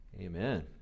Amen